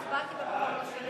התרבות והספורט